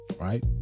Right